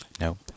No